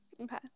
Okay